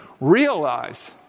realize